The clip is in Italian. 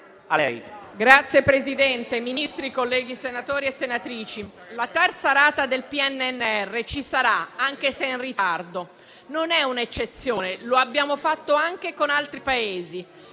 Signor Presidente, Ministri, colleghi senatori e senatrici, la terza rata del PNRR ci sarà, anche se in ritardo. Non è un'eccezione, lo abbiamo fatto anche con altri Paesi.